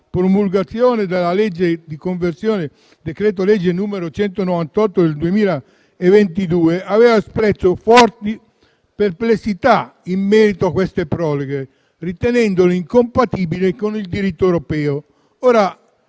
promulgazione della legge di conversione del decreto-legge n. 198 del 2022, aveva espresso forti perplessità in merito a queste proroghe, ritenendole incompatibili con il diritto europeo. Mi